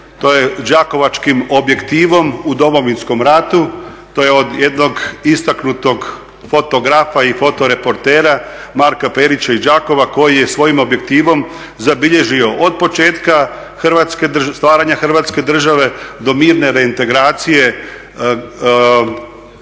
to je đakovačkim objektivom u Domovinskom ratu, to je od jednog istaknutog fotografa i fotoreportera Marka Perića iz Đakova koji je svojim objektivom zabilježio od početka stvaranja Hrvatske države do mirne reintegracije istočne